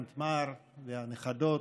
נתמר והנכדות,